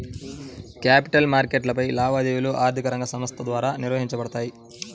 capital మార్కెట్లపై లావాదేవీలు ఆర్థిక రంగ సంస్థల ద్వారా నిర్వహించబడతాయి